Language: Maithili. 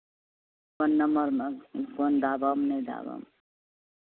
कोन नंबरमे कोन दाबब नहि दाबब